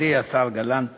מכובדי השר גלנט